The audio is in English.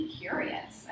curious